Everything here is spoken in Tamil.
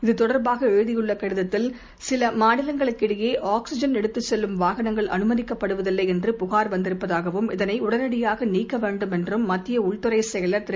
இது தொடர்பாகஎழுதியுள்ளகடிதத்தில் சிவமாநிலங்களுக்கிடையே ஆக்ஸிஜன் எடுத்துச் செல்லும் வாகனங்கள் அனுமதிக்கப்டுவதில்லைஎன்ற புகார் வந்திருப்பதாகவும் இதனைஉடனடியாகநீக்கவேண்டும் என்றும் மத்தியஉள்துறைசெயலர் திரு